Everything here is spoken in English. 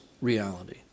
reality